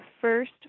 first